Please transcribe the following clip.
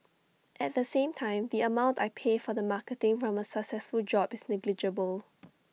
at the same time the amount I pay for the marketing from A successful job is negligible